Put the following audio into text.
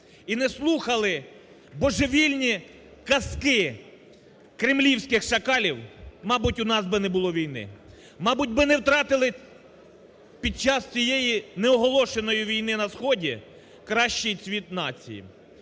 і не слухали божевільні казки кремлівських шакалів, мабуть, у нас би не було війни. Мабуть би, не втратили під час цієї неоголошеної війни на Сході кращий цвіт нації.